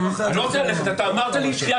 אני לא רוצה ללכת, אתה אמרת לי קריאה שלישית.